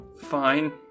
fine